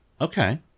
Okay